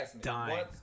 dying